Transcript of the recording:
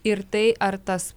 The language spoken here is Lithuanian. ir tai ar tas